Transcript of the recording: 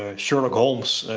ah sherlock holmes.